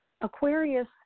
Aquarius